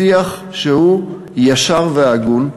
בשיח שהוא ישר והגון,